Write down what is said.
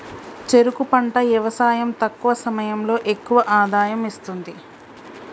చెరుకు పంట యవసాయం తక్కువ సమయంలో ఎక్కువ ఆదాయం ఇస్తుంది